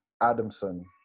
Adamson